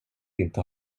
inte